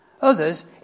Others